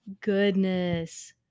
Goodness